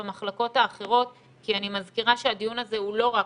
במחלקות האחרות כי אני מזכירה שהדיון הזה הוא לא רק